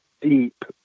deep